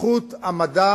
בזכות המדע